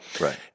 Right